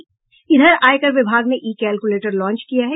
इधर आयकर विभाग ने ई कैलकुलेटर लांच किया है